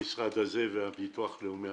המשרד הזה והמוסד לביטוח לאומי,